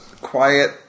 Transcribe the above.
quiet